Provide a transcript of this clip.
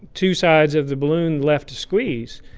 two sides of the balloon left to squeeze.